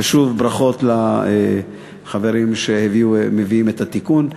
ושוב, ברכות לחברים שמביאים את התיקון.